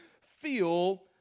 feel